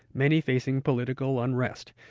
many facing political unrest,